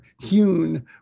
hewn